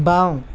বাঁও